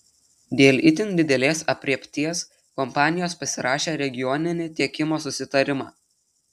dėl itin didelės aprėpties kompanijos pasirašė regioninį tiekimo susitarimą